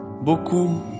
Beaucoup